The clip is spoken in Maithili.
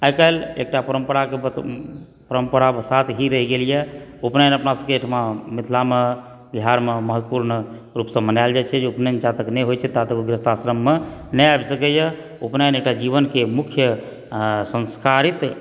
आइकाल्हि एकटा परम्पराके परम्परा बस साथ ही रहि गेल यऽ उपनयन अपना सबकेँ ओहिठमा मिथिलामे बिहारमे महत्वपुर्ण रूपसँ मनायल जाइ छै जे उपनयन जातक नहि होइ छै तातक गृहस्थ आश्रममे नहि आबि सकैया उपनयन एकटा जीवनकेँ मुख्य संस्कारित